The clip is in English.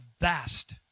vast